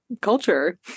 culture